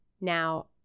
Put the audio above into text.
Now